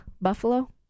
Buffalo